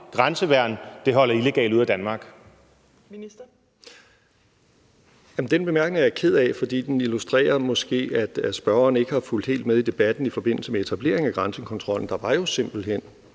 (Nick Hækkerup): Jamen den bemærkning er jeg ked af, fordi den illustrerer, at spørgeren måske ikke har fulgt helt med i debatten i forbindelse med etableringen af grænsekontrollen. Der var jo simpelt hen